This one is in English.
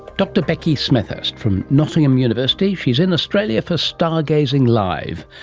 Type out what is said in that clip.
dr becky smethurst from nottingham university. she is in australia for stargazing live.